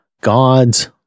God's